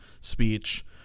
speech